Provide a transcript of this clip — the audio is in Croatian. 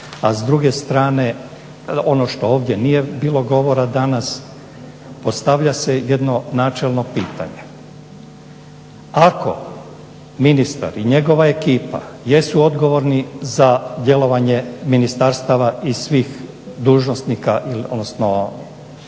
A s druge strane, ono što ovdje nije billo govora danas, postavlja se jedno načelno pitanje. Ako ministar i njegova ekipa jesu odgovorni za djelovanje ministarstava i svih dužnosnika, odnosno